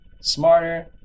smarter